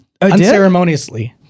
unceremoniously